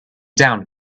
down